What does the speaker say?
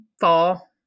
fall